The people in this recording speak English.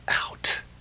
out